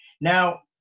Now